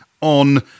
on